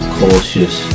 cautious